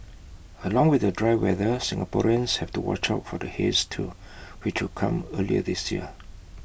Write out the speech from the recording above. along with the dry weather Singaporeans have to watch out for the haze too which could come earlier this year